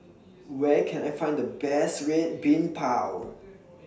Where Can I Find The Best Red Bean Bao